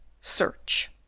search